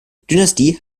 dynastie